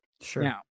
Sure